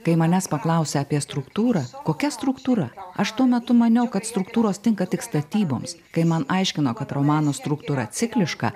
kai manęs paklausia apie struktūrą kokia struktūra aš tuo metu maniau kad struktūros tinka tik statyboms kai man aiškino kad romano struktūra cikliška